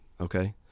Okay